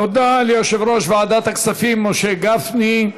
תודה ליושב-ראש ועדת הכספים משה גפני.